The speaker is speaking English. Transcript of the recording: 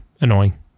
annoying